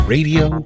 Radio